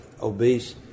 obese